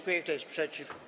Kto jest przeciw?